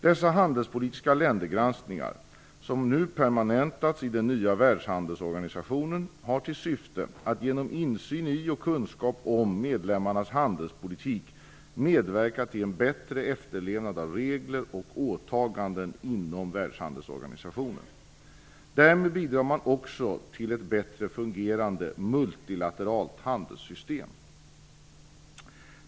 Dessa handelspolitiska ländergranskningar, som nu permanentats i den nya världshandelsorganisationen, har till syfte att genom insyn i och kunskap om medlemmarnas handelspolitik medverka till en bättre efterlevnad av regler och åtaganden inom Världshandelsorganisationen. Därmed bidrar man också till ett bättre fungerande multilateralt handelssystem.